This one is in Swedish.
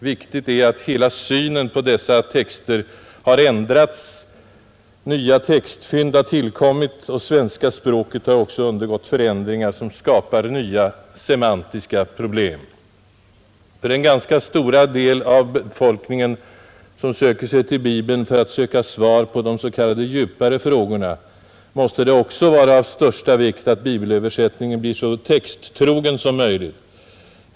Viktigt är att hela synen på dessa texter har ändrats, nya textfynd har tillkommit och svenska språket har också undergått förändringar som skapar nya semantiska problem. För den ganska stora del av befolkningen som söker sig till Bibeln för att få svar på de s.k. djupare frågorna måste det också vara av största vikt att bibelöversättningen blir så texttrogen som möjligt.